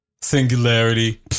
singularity